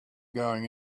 going